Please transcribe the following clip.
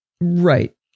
Right